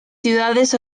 ciudades